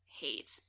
hate